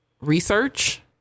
research